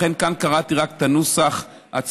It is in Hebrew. לכן כאן קראתי רק את הנוסח עצמו.